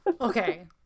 Okay